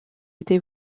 était